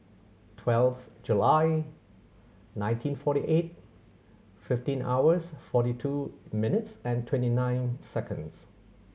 twelve July nineteen forty eight fifteen hours forty two minutes and twenty nine seconds